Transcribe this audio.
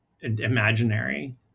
imaginary